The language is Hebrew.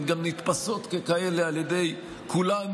הן גם נתפסות ככאלה על ידי כולנו,